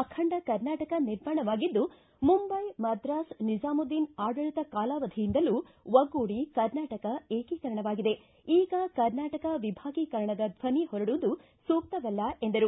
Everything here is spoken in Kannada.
ಅಖಂಡ ಕರ್ನಾಟಕ ನಿರ್ಮಾಣವಾಗಿದ್ದು ಮುಂಬೈ ಮದ್ರಾಸ್ ನಿಜಾಮುದ್ದೀನ್ ಆಡಳಿತ ಕಾಲಾವಧಿಯಿಂದಲೂ ಒಗ್ಗೂಡಿ ಕರ್ನಾಟಕ ಏಕೀಕರಣವಾಗಿದೆ ಈಗ ಕರ್ನಾಟಕ ವಿಭಾಗೀಕರಣದ ಧ್ವನಿ ಹೊರಡುವುದು ಸೂಕ್ತವಲ್ಲ ಎಂದರು